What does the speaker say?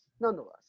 nonetheless